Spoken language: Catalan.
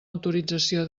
autorització